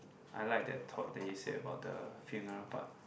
I like that thought that you say about the funeral part